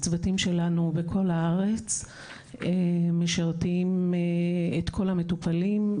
הצוותים שלנו בכל הארץ משרתים את כל המטופלים,